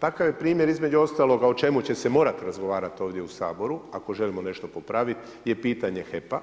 Takav je primjer između ostaloga o čemu će se morati razgovarati ovdje u Saboru ako želimo nešto popraviti je pitanje HEP-a